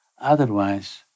Otherwise